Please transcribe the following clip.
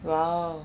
!wow!